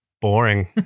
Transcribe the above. boring